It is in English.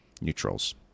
neutrals